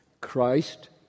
Christ